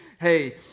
hey